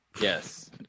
Yes